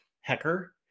Hecker